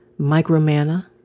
Micromana